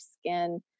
skin